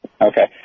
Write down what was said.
Okay